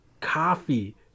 coffee